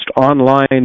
online